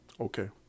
Okay